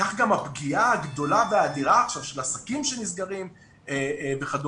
כך גם הפגיעה הגדולה והאדירה עכשיו של עסקים שנסגרים וכדומה.